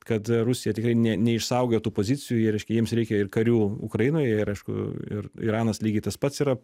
kad rusija tikrai ne neišsaugojo tų pozicijų jie reiškia jiems reikia ir karių ukrainoje ir aišku ir iranas lygiai tas pats yra